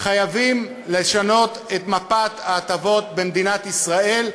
חייבים לשנות את מפת ההטבות במדינת ישראל,